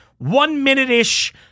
One-minute-ish